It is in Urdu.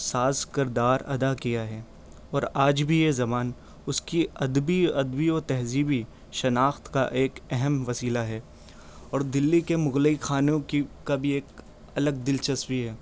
ساز کردار ادا کیا ہے اور آج بھی یہ زبان اس کی ادبی ادبی و تہذیبی شناخت کا ایک اہم وسیلہ ہے اور دلّی کے مغلئی خنوں کی کا بھی ایک الگ دلچسپی ہے